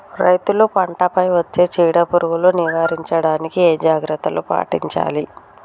రైతులు పంట పై వచ్చే చీడ పురుగులు నివారించడానికి ఏ జాగ్రత్తలు పాటించాలి?